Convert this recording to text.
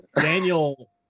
Daniel